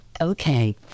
Okay